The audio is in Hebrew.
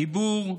הדיבור,